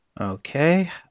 Okay